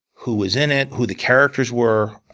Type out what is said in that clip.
who was in it, who the characters were,